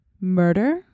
murder